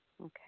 Okay